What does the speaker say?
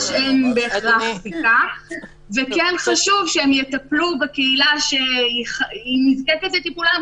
אבל כן חשוב שהם יטפלו בקהילה שנזקקת לטיפולם,